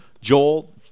Joel